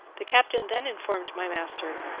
the captain then informed my master,